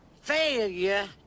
failure